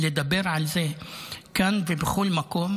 לדבר על זה כאן ובכל מקום,